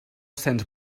cents